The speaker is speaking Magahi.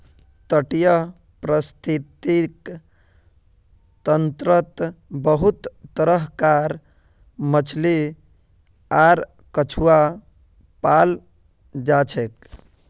तटीय परिस्थितिक तंत्रत बहुत तरह कार मछली आर कछुआ पाल जाछेक